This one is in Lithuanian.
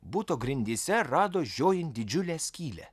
buto grindyse rado žiojint didžiulę skylę